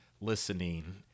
listening